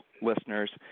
listeners